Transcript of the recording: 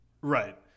Right